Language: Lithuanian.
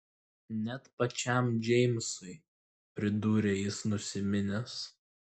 net pačiam džeimsui pridūrė jis nusiminęs